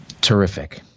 Terrific